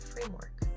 framework